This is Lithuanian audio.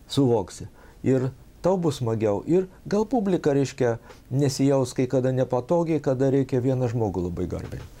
suvoksi ir tau bus smagiau ir gal publika reiškia nesijaus kai kada nepatogiai kada reikia vieną žmogų labai garbint